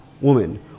woman